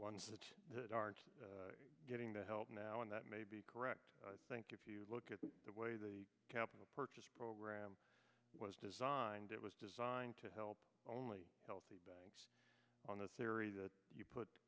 ones that aren't getting the help now and that may be correct i think if you look at the way the capital purchase program was designed it was designed to help only healthy banks on the theory that you put